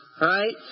right